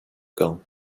gand